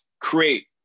create